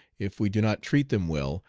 if we do not treat them well,